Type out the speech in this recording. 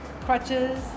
crutches